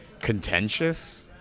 contentious